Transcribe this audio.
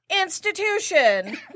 institution